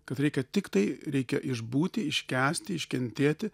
kad reikia tiktai reikia išbūti iškęsti iškentėti